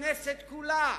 הכנסת כולה